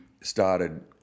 started